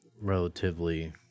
relatively